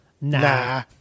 Nah